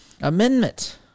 Amendment